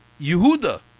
Yehuda